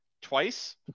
twice